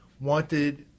wanted